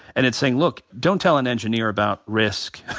and it's saying look, don't tell an engineer about risk,